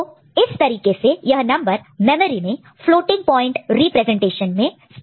तो इस तरीके से यह नंबर मेमोरी में फ्लोटिंग प्वाइंट रिप्रेजेंटेशन में स्टोर होगा